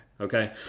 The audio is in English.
Okay